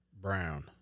brown